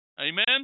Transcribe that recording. Amen